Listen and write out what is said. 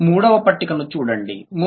ఇక మూడవ పట్టికను చూడండి